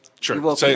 Sure